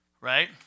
right